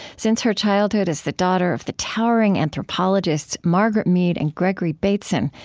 since her childhood as the daughter of the towering anthropologists margaret mead and gregory bateson,